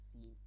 See